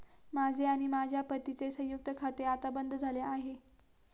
माझे आणि माझ्या पत्नीचे संयुक्त खाते आता बंद झाले आहे